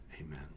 amen